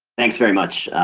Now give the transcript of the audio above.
thanks very much,